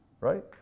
right